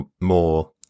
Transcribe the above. more